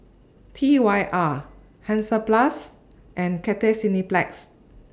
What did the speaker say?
T Y R Hansaplast and Cathay Cineplex